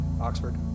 Oxford